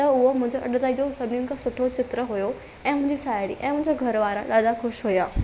त उहो मुंहिंजो अॼु ताईं जो सभिनिन खां सुठो चित्र हुयो ऐं मुंहिंजी साहेड़ी ऐं मुंहिंजा घरवारा ॾाढा ख़ुशि हुया